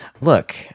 look